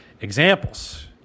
examples